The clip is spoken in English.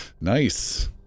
Nice